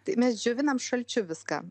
tai mes džiovinam šalčiu viską